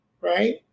right